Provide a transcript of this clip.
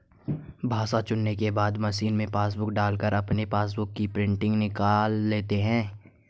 भाषा चुनने के बाद मशीन में पासबुक डालकर अपने पासबुक की प्रिंटिंग निकाल लेता है